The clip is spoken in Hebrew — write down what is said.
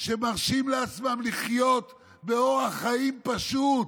שמרשים לעצמם לחיות באורח חיים פשוט,